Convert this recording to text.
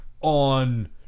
on